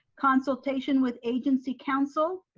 consultation with agency counsel.